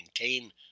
maintain